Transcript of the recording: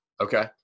Okay